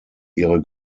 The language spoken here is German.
ihre